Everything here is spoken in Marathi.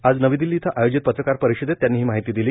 आज नवी दिल्ली इथं आयोजित पत्रकार परिषदेत त्यांनी ही माहिती दिली